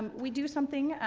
we do something,